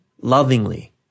lovingly